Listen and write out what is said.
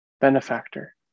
benefactor